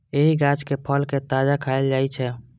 एहि गाछक फल कें ताजा खाएल जाइ छै